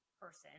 person